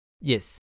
Yes